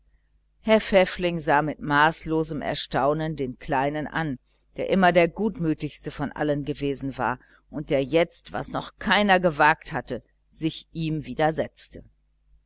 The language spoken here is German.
herr pfäffling sah mit maßlosem erstaunen den kleinen an der immer der gutmütigste von allen gewesen war und der jetzt tat was noch keines gewagt hatte sich ihm widersetzte